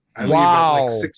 wow